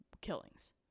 Killings